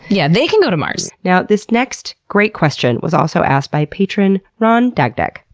yeah. they can go to mars. now this next great question was also asked by patron ron dagdag.